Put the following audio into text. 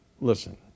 listen